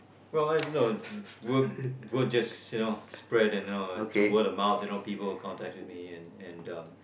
well I don't know word just just you know spread and you know through word of mouth you know people contacted me and and um